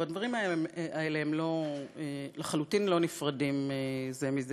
והדברים האלה הם לחלוטין לא נפרדים זה מזה,